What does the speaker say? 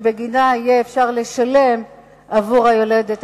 שבגינה אפשר יהיה לשלם עבור היולדת,